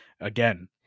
Again